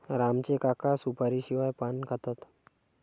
राम चे काका सुपारीशिवाय पान खातात